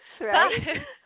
Right